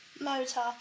Motor